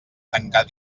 tancar